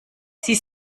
sie